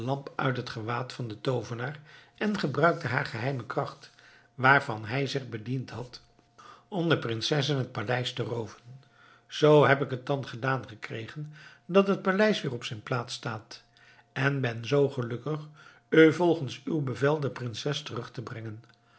uit het gewaad van den toovenaar en gebruikte haar geheime kracht waarvan hij zich bediend had om de prinses en het paleis te rooven zoo heb ik t dan gedaan gekregen dat het paleis weer op zijn plaats staat en ben zoo gelukkig u volgens uw bevel de prinses terug te brengen